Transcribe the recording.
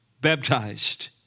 baptized